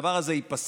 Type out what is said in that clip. הדבר הזה ייפסק,